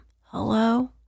Hello